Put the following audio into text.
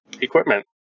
equipment